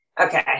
okay